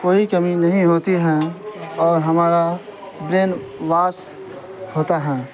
کوئی کمی نہیں ہوتی ہیں اور ہمارا برین واس ہوتا ہیں